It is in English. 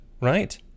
right